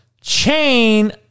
chain